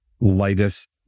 lightest